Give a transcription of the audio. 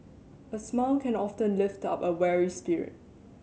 a smile can often lift up a weary spirit